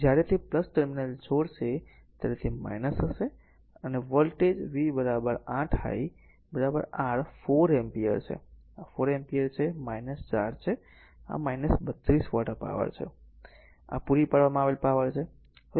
તેથી જ્યારે તે ટર્મિનલ છોડશે ત્યારે તે હશે અને voltage V 8 I r 4 ampere છે આ 4 એમ્પીયર છે 4 છે તેથી આ 32 વોટ પાવર છે આ પૂરી પાડવામાં આવેલ પાવર છે